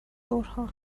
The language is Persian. ظهرها